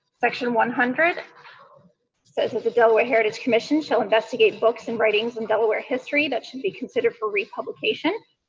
section one hundred says that the delaware heritage commission shall investigate books and writings in delaware history that should be considered for republication.